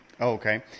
Okay